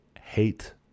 hate